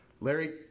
Larry